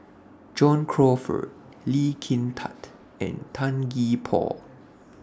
John Crawfurd Lee Kin Tat and Tan Gee Paw